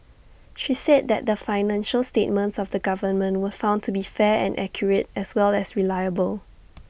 she said that the financial statements of the government were found to be fair and accurate as well as reliable